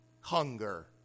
hunger